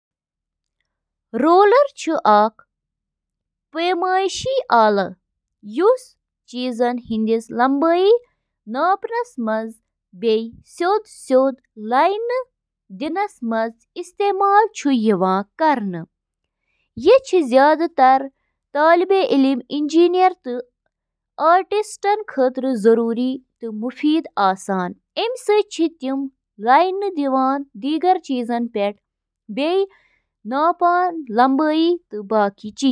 Washing machine چھِ washer کہِ ناوٕ سۭتۍ تہِ زاننہٕ یِوان سۄ مِشیٖن یۄس گنٛدٕ پَلو چھِ واتناوان۔ اَتھ منٛز چھِ اکھ بیرل یَتھ منٛز پلو چھِ تھاونہٕ یِوان۔